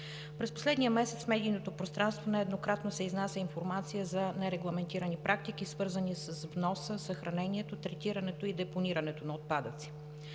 През последния месец в медийното пространство нееднократно се изнася информация за нерегламентирани практики, свързани с вноса, съхранението, третирането и депонирането на отпадъци.